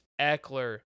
Eckler